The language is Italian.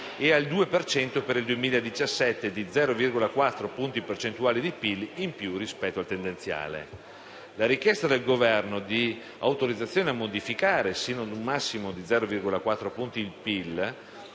per il 2017, maggiore di 0,4 punti percentuali di PIL rispetto al tendenziale. La richiesta del Governo di autorizzazione a modificare, sino ad un massimo di 0,4 punti di PIL,